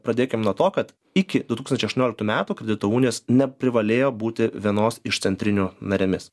pradėkim nuo to kad iki du tūkstančiai aštuonioliktų metų kredito unijos neprivalėjo būti vienos iš centrinių narėmis